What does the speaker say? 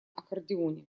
аккордеоне